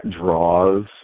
draws